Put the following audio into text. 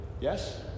Yes